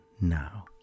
now